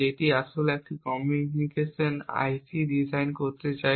যেটি আসলে একটি কমিউনিকেশন আইসি ডিজাইন করতে চায়